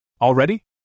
Already